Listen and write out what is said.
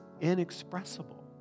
inexpressible